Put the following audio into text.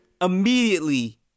immediately